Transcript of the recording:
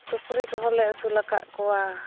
ᱥᱩᱠᱨᱤ ᱠᱚᱦᱚᱸ ᱞᱮ ᱟᱹᱥᱩᱞ ᱟᱠᱟᱫ ᱠᱚᱣᱟ